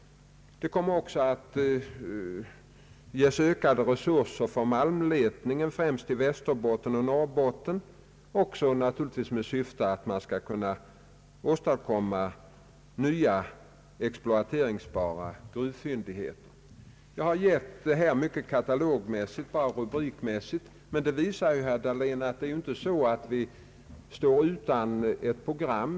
Det kommer också att ges större resurser för malmletning, främst i Västerbotten och Norrbotten, naturligtvis också i syfte att få fram nya exploateringsbara gruvfyndigheter. Jag har gett denna översikt mycket katalogmässigt och rubrikmässigt. Men översikten visar, herr Dahlén, att vi inte står utan ett program.